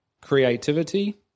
creativity